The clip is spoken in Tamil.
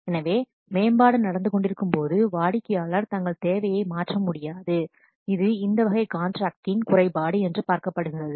எனவே மேம்பாடு நடந்துகொண்டிருக்கும்போது வாடிக்கையாளர் தங்கள் தேவையை மாற்ற முடியாது இது இந்த வகை காண்ட்ராக்டின் குறைபாடு என்று பார்க்கப்படுகிறது